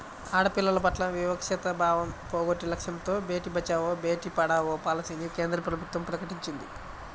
ఆడపిల్లల పట్ల వివక్షతా భావం పోగొట్టే లక్ష్యంతో బేటీ బచావో, బేటీ పడావో పాలసీని కేంద్ర ప్రభుత్వం ప్రకటించింది